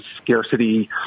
scarcity